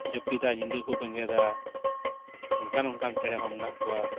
ᱡᱟᱹᱯᱤᱫᱟ ᱧᱤᱫᱟᱹ ᱠᱚ ᱵᱮᱸᱜᱮᱫᱟ ᱚᱱᱠᱟᱱ ᱚᱱᱠᱟᱱ ᱪᱮᱬᱮ ᱦᱚᱸ ᱢᱮᱱᱟᱜ ᱠᱚᱣᱟ